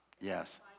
Yes